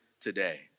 today